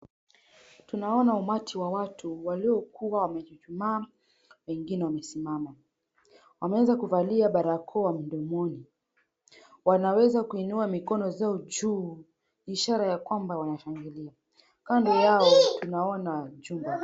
Tunaona umati wa watu, waliokua wame chuchuma, wengine wamesimama. Wameweza kuvalia barakoa mdomoni. Wanaweza kuinua mikono zao juu ishara kua wanashangilia. Kando yao tunaona jumba.